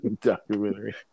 Documentary